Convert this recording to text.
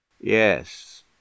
Yes